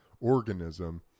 organism